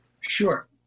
Sure